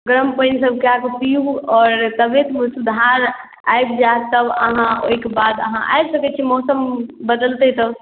गरम पानि सभ कए कऽ पीयू आओर तबियतमे सुधार आबि जायत तब अहाँ ओहिके बाद अहाँ आबि सकै छी मौसम बदलतै तब